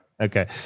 Okay